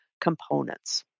components